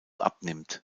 abnimmt